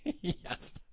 Yes